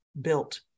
built